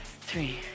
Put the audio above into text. Three